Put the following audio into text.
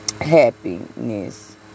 happiness